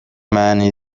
معنی